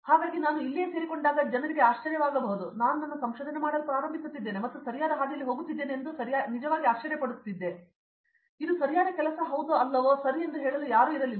ಹಾಗಾಗಿ ನಾನು ಇಲ್ಲಿಯೇ ಸೇರಿಕೊಂಡಾಗ ಜನರಿಗೆ ಆಶ್ಚರ್ಯವಾಗಬಹುದು ಮತ್ತು ನನ್ನ ಸಂಶೋಧನೆ ಮಾಡಲು ಪ್ರಾರಂಭಿಸುತ್ತಿದ್ದೇನೆ ನಾನು ಸರಿಯಾದ ಹಾದಿಯಲ್ಲಿ ಹೋಗುತ್ತಿದ್ದೇನೆ ಎಂದು ಸರಿಯಾಗಿ ಆಶ್ಚರ್ಯಪಡುತ್ತಿದ್ದೆ ಇದು ಸರಿಯಾದ ಕೆಲಸವಲ್ಲವೋ ಮತ್ತು ಸರಿ ಎಂದು ಹೇಳಲು ಯಾರೂ ಇಲ್ಲ